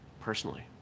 personally